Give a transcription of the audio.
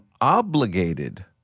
obligated